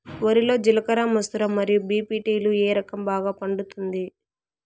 వరి లో జిలకర మసూర మరియు బీ.పీ.టీ లు ఏ రకం బాగా పండుతుంది